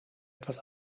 etwas